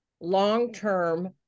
long-term